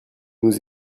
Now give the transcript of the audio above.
nous